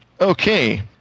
Okay